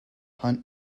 hunt